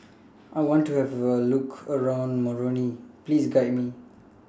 I want to Have A Look around Moroni Please Guide Me